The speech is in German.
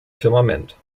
firmament